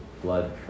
blood